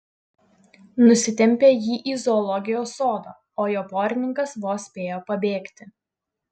nusitempė jį į zoologijos sodą o jo porininkas vos spėjo pabėgti